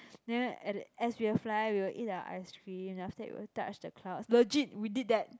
then at the as we will fly we will eat the ice cream then after we will touch the clouds legit we did that